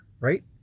right